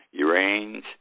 Uranes